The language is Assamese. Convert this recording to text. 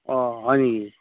অ' হয় নেকি